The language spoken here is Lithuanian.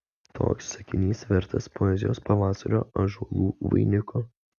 toks sakinys vertas poezijos pavasario ąžuolų vainiko